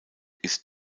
ist